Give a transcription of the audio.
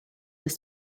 that